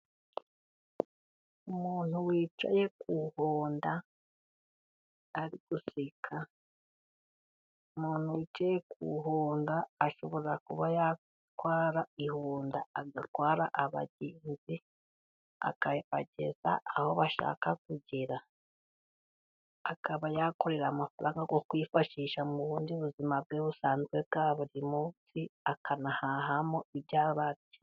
Umuntu wicaye ku ihonda ari guseka, umuntu wicaye ku ihonda ashobora kuba yatwara ihonda ,agatwara abagenzi akabageza aho bashaka kugera, akaba yakorera amafaranga yo kwifashisha mu bundi buzima bwe busanzwe bwa buri munsi ,akanahahamo ibyabaye.